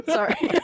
Sorry